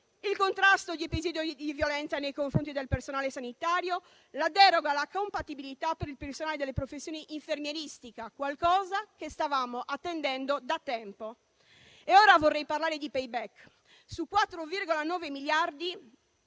il contrasto agli episodi di violenza nei confronti del personale sanitario, la deroga alla compatibilità per il personale delle professioni infermieristiche: qualcosa che stavamo attendendo da tempo. Vorrei ora parlare di *payback*. Su 4,9 miliardi,